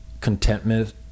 contentment